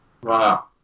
Wow